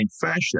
fashion